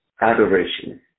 Adoration